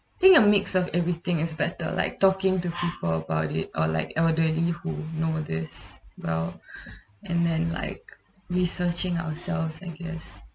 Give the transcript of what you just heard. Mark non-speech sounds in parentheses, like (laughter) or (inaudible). I think a mix of everything is better like talking to people about it or like elderly who know this well (breath) and then like researching ourselves I guess